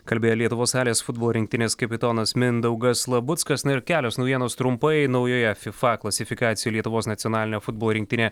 kalbėjo lietuvos salės futbolo rinktinės kapitonas mindaugas labuckas na ir kelios naujienos trumpai naujoje fifa klasifikacijoje lietuvos nacionalinė futbolo rinktinė